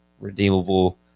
redeemable